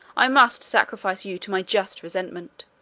i must sacrifice you to my just resentment.